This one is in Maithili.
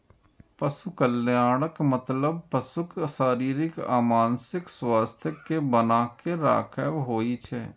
पशु कल्याणक मतलब पशुक शारीरिक आ मानसिक स्वास्थ्यक कें बनाके राखब होइ छै